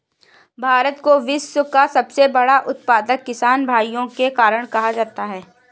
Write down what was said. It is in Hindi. भारत को विश्व का सबसे बड़ा उत्पादक किसान भाइयों के कारण कहा जाता है